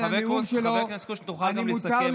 חבר הכנסת קושניר, תוכל לסכם את הצעת החוק שלך.